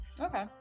Okay